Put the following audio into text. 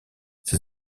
ses